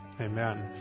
Amen